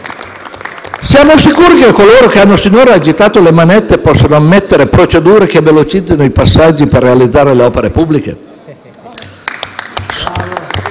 Siamo sicuri che coloro che hanno sinora agitato le manette possano ammettere procedure che velocizzino i passaggi per realizzare le opere pubbliche?